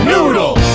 Noodle